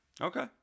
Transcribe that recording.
okay